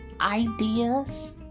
ideas